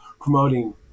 promoting